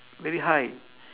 very high